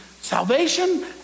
salvation